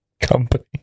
Company